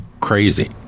crazy